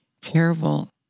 terrible